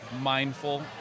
mindful